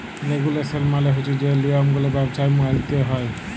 regulation মালে হছে যে লিয়মগুলা ব্যবছায় মাইলতে হ্যয়